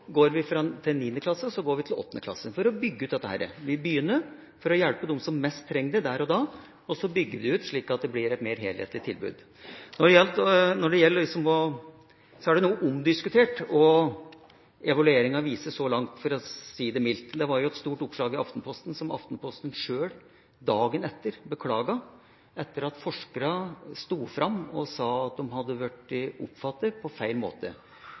går vi til 9. klasse, og så går vi til 8. klasse, for å bygge ut dette. Vi begynner med å hjelpe dem som trenger det mest der og da, og så bygger vi det ut, slik at det blir et mer helhetlig tilbud. Dette er noe omdiskutert – for å si det mildt – og det var et stort oppslag i Aftenposten, som Aftenposten selv beklaget dagen etter, etter at forskerne sto fram og sa at de hadde blitt oppfattet på feil måte.